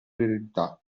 eredità